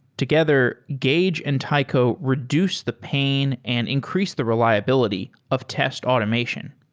together, gauge and taiko reduce the pain and increase the reliability of test automation.